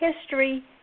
history